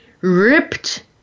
ripped